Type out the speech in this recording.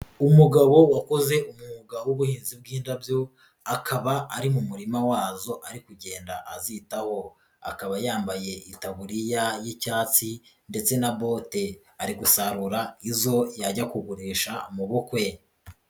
Umugabo wakoze umwuga w'ubuhinzi bw'indabyo, akaba ari mu murima wazo ari kugenda azitaho. Akaba yambaye itaburiya y'icyatsi ndetse na bote. Ari gusahura izo yajya kugurisha mu bukwe.